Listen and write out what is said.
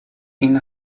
این